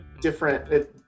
different